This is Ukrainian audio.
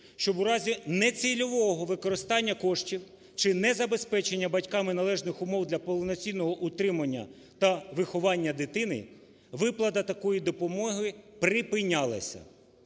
щоб у разі нецільового використання коштів чи не забезпечення батьками належних умов для повноцінного утримання та виховання дитини виплата такої допомоги припинялася.